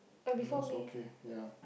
I was okay ya